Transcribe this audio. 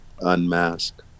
unmasked